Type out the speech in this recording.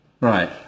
Right